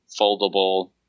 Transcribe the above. foldable